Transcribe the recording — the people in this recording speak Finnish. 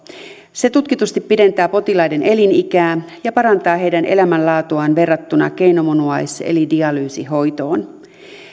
se tutkitusti pidentää potilaiden elinikää ja parantaa heidän elämänlaatuaan verrattuna keinomunuais eli dialyysihoitoon